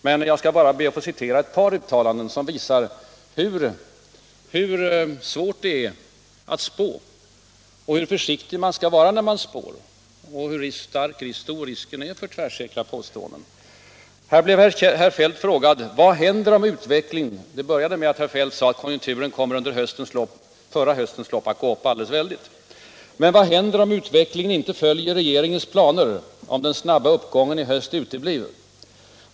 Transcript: Men jag skall bara läsa upp ett par uttalanden som visar hur svårt det är att spå, hur försiktig man bör vara när man spår och hur stora risker det är med att göra tvärsäkra påståenden. Artikeln börjar med att herr Feldt säger att konjunkturen under höstens lopp — alltså förra hösten — skulle komma att gå upp alldeles väldigt. Men vad händer, om utvecklingen inte följer regeringens planer, om den snabba uppgången i höst uteblir? undrar intervjuaren.